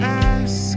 ask